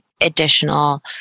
additional